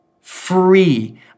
Free